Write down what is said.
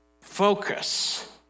focus